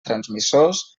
transmissors